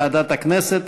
הודעה של ועדת הכנסת,